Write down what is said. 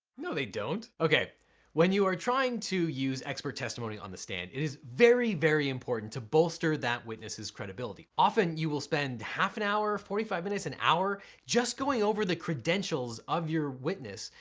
no they don't. okay when you are trying to use expert testimony on the stand it is very very important to bolster that witness credibility. often you will spend half an hour, forty five minutes, an hour just going over the credentials of your witness,